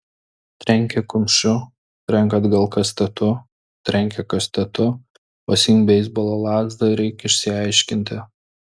trenkė kumščiu trenk atgal kastetu trenkė kastetu pasiimk beisbolo lazdą ir eik išsiaiškinti